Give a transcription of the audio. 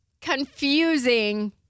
confusing